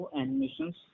animations